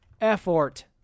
Effort